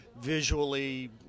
visually